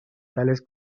tales